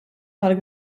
tal